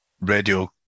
radio